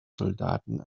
soldaten